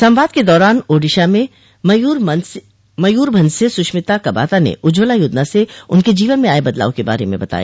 संवाद के दौरान ओडिशा में मयूरभंज से सुष्मिता कबाता ने उज्ज्वला योजना से उनके जीवन में आए बदलाव के बारे में बताया